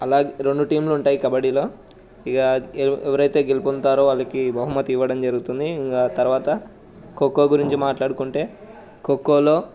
అలాగే రెండు టీంలు ఉంటాయి కబడ్డీలో ఇక ఎవరైతే గెలుపొందారు వాళ్ళకి బహుమతి ఇవ్వడం జరుగుతుంది ఇంక తర్వాత ఖోఖో గురించి మాట్లాడుకుంటే ఖోఖోలో